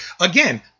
Again